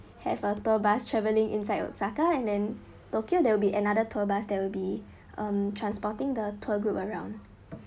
have a tour bus traveling inside osaka and then tokyo there will be another tour bus there will be um transporting the tour group around